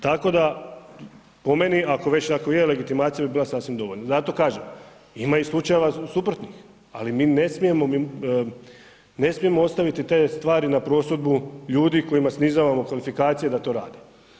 Tako da po meni ako već tako je legitimacija bi bila sasvim dovoljna, zato kažem ima i slučajeva suprotnih, ali mi ne smijemo, ne smijemo ostaviti te stvari na prosudbu ljudi kojima snizavamo kvalifikacije da to rade.